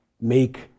make